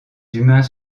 humains